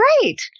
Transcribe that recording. great